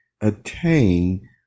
attain